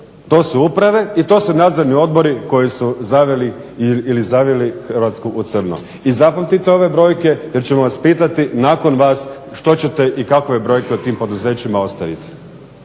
to su uprave i to su nadzorni odbori koji su zavili Hrvatsku u crno. I zapamtite ove brojke jer ćemo vas pitati nakon vas što ćete i kakve brojke u tim poduzećima ostaviti.